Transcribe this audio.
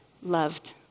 loved